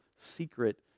secret